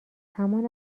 همان